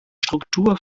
struktur